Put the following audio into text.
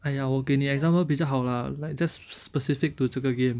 !aiya! 我给你 example 比较好 lah like just specific to 这个 game